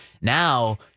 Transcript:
Now